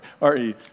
re